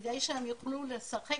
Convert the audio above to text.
כדי שהם יוכלו לשחק